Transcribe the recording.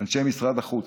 אנשי משרד החוץ.